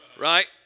right